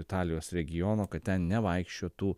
italijos regiono kad ten nevaikščiotų